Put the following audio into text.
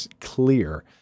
clear